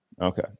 Okay